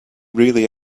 really